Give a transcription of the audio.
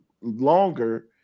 longer